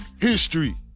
history